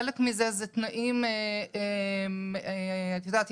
חלק מזה אלה תנאים - את יודעת,